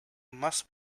must